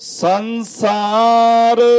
Sansar